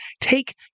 take